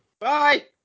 bye